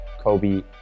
Kobe